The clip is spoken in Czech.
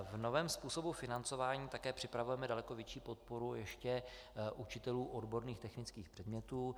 V novém způsobu financování také připravujeme daleko větší podporu ještě učitelům odborných technických předmětů.